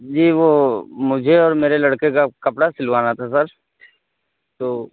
جی وہ مجھے اور میرے لڑکے کا کپڑا سلوانا تھا سر تو